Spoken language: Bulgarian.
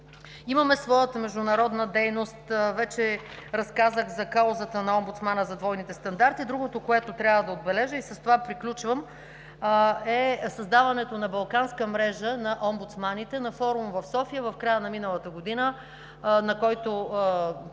Имаме своята международна дейност. Вече разказах за каузата на омбудсмана за двойните стандарти. Другото, което трябва да отбележа, и с това приключвам, е създаването на балканска мрежа на омбудсманите на форум в София в края на миналата година, на който